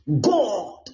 God